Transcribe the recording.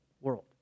world